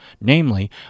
namely